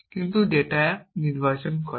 কিছু ডেটা নির্বাচন করে